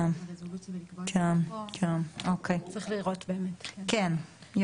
בצורה כזאת לעשות סדר, זה